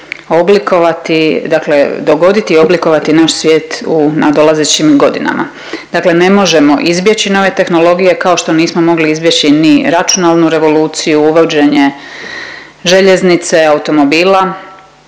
dogoditi i oblikovati naš svijet u nadolazećim godinama. Dakle, ne možemo izbjeći nove tehnologije kao što nismo mogli izbjeći ni računalnu revoluciju, uvođenje željeznice, automobila,